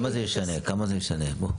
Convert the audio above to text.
כמה זה ישנה, כמה זה ישנה פה?